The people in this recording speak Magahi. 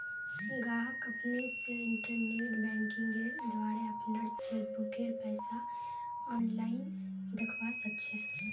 गाहक अपने स इंटरनेट बैंकिंगेंर द्वारा अपनार चेकबुकेर पैसा आनलाईन दखवा सखछे